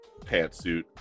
pantsuit